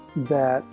that